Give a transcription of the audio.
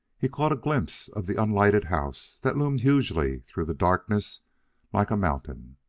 he caught a glimpse of the unlighted house that loomed hugely through the darkness like a mountain.